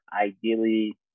ideally